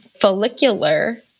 follicular